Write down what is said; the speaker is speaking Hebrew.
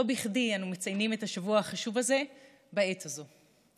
לא בכדי אנו מציינים את השבוע החשוב הזה בעת הזאת.